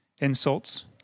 insults